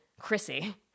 Chrissy